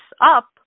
up